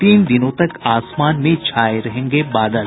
तीन दिनों तक आसमान में छाये रहेंगे बादल